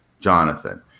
Jonathan